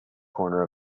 corner